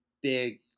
big